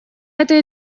этой